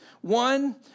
One